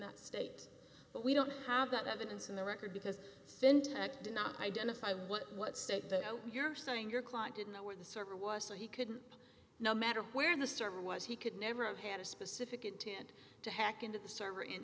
that state but we don't have that evidence in the record because that did not identify what what state you're saying your client didn't know where the server was so he couldn't no matter where the server was he could never of had a specific intent to hack into the server in